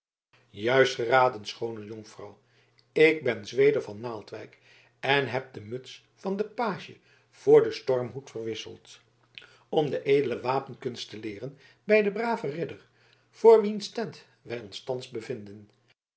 juist geraden schoone jonkvrouw ik ben zweder van naaldwijk en heb de muts van den page voor den stormhoed verwisseld om de edele wapenkunst te leeren bij den braven ridder voor wiens tent wij ons thans bevinden